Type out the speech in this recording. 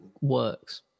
works